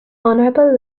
honorable